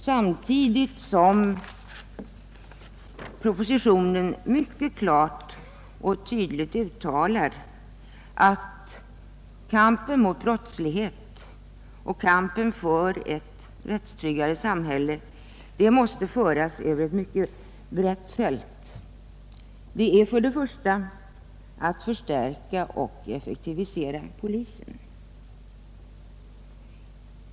Samtidigt uttalas det i statsverkspropositionen klart och tydligt att kampen mot brottsligheten och kampen för rättstrygghet måste föras över ett mycket brett fält. Det innebär först och främst att man måste förstärka och effektivisera polisen.